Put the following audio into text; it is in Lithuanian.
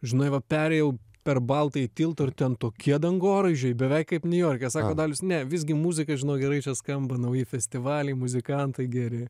žinai va perėjau per baltąjį tiltą ir ten tokie dangoraižiui beveik kaip niujorke sako dalius ne visgi muzika žinok gerai čia skamba nauji festivaliai muzikantai geri